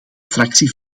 fractie